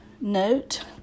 note